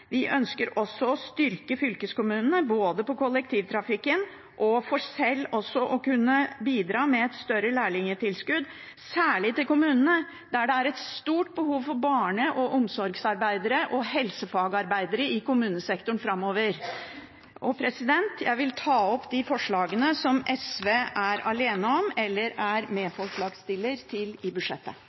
Vi ønsker også å styrke fylkeskommunene, med støtte både til kollektivtrafikken og til at de selv skal kunne bidra med et større lærlingtilskudd, særlig de kommunene der det er et stort behov for barne- og omsorgsarbeidere og helsefagarbeidere framover. Jeg vil ta opp de forslagene som SV er alene om eller er medforslagsstiller til i